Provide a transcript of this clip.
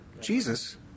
Jesus